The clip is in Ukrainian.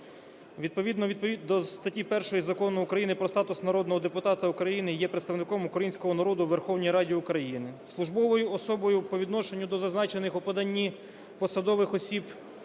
Відповідно до статті 1 Закону України "Про статус народного депутата України" є представником українського народу в Верховній Раді України. Службовою особою по відношенню до зазначених у поданні посадових осіб,